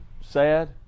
sad